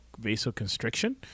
vasoconstriction